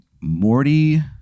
Morty